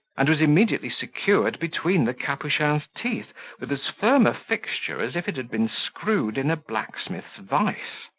and was immediately secured between the capuchin's teeth with as firm a fixture as if it had been screwed in a blacksmith's vice.